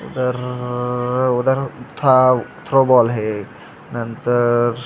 उधर्र उधर था थ्रोबॉल है नंतर